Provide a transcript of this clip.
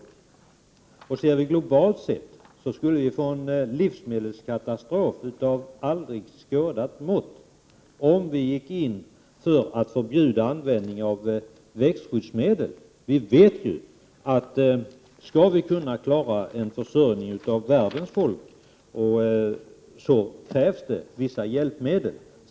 Om vi ser denna fråga i ett globalt perspektiv inser vi att vi skulle få en livsmedelskatastrof av aldrig skådat mått om vi gick in för att förbjuda användning av växtskyddsmedel. Vi vet ju att om vi skall kunna klara av att försörja världens alla människor krävs vissa hjälpmedel.